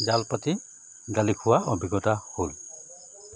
জাল পাতি গালি খোৱা অভিজ্ঞতা হ'ল